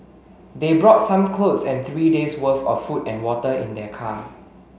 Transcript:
they brought some clothes and three days'worth of food and water in their car